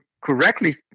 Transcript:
correctly